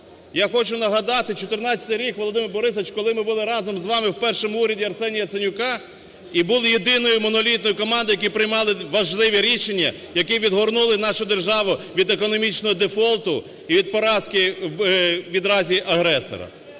Я хочу нагадати 14-й рік, Володимире Борисовичу, коли ми були разом з вами в першому уряді Арсенія Яценюка і були єдиною монолітною командою, яка приймала важливі рішення, які відгорнули нашу державу від економічного дефолту і від поразки відразі агресора.